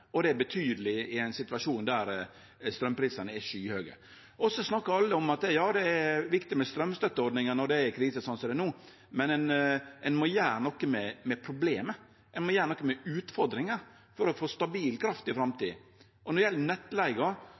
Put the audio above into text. Det er betydeleg i ein situasjon der straumprisane er skyhøge. Alle snakkar om at det er viktig med straumstøtteordningar når det er krise, slik som no, men ein må gjere noko med problemet. Ein må gjere noko med utfordringa for å få stabil kraft i framtida. Når det gjeld nettleiga,